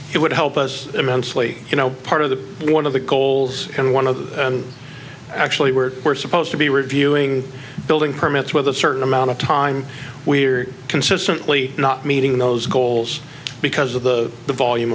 it would help us immensely you know part of the one of the goals and one of the actually we're we're supposed to be reviewing building permits with a certain amount of time we're consistently not meeting those goals because of the the volume